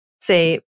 say